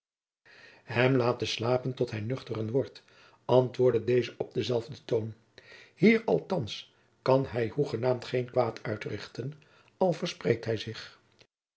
hem laten slapen tot hij nuchteren wordt antwoordde deze op denzelfden toon hier althands kan hij hoegenaamd geen kwaad uitrichten al verspreekt hij zich